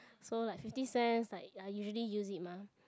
so like fifty cents like I usually use it mah